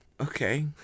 Okay